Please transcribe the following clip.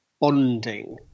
bonding